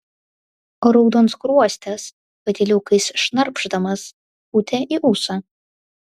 raudonskruostis patyliukais šnarpšdamas pūtė į ūsą